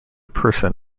person